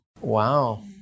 Wow